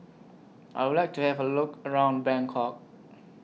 I Would like to Have A Look around Bangkok